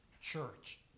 church